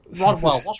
Rodwell